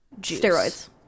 Steroids